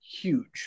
huge